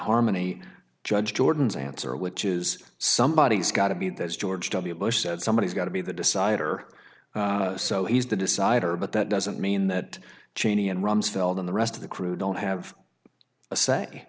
harmony judge jordan's answer which is somebody has got to be that's george w bush said somebody's got to be the decider so he's the decider but that doesn't mean that cheney and rumsfeld and the rest of the crew don't have a say